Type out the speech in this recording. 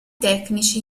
tecnici